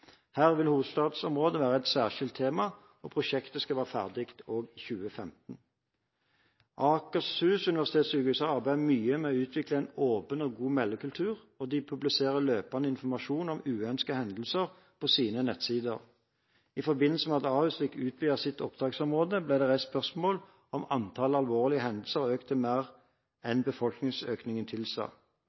Her vil hovedstadsområdet være et særskilt tema. Prosjektet skal være ferdig rundt 2015. Akershus universitetssykehus har arbeidet mye med å utvikle en åpen og god meldekultur, og de publiserer løpende informasjon om uønskede hendelser på sine nettsider. I forbindelse med at Ahus fikk utvidet sitt opptaksområde, ble det reist spørsmål om antallet alvorlige hendelser hadde økt mer enn befolkningsøkningen tilsa.